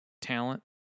talent